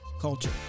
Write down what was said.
culture